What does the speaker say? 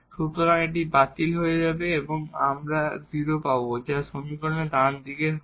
সুতরাং এটি বাতিল হয়ে যাবে এবং আমরা 0 পাব যা সমীকরণের ডান হাতের দিকে হবে